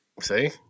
See